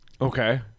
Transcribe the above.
Okay